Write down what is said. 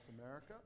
America